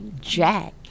Jack